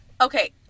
Okay